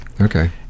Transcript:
Okay